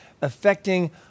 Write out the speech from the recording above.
affecting